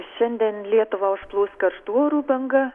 šiandien lietuvą užplūs karštų orų banga